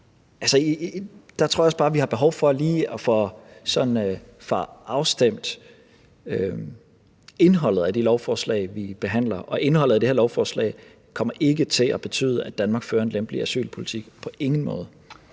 jeg tror også bare, vi har behov for lige sådan at få afstemt indholdet af de lovforslag, vi behandler, og indholdet af det her lovforslag kommer ikke til at betyde, at Danmark fører en lempelig asylpolitik – på ingen måde.